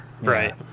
Right